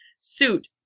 suit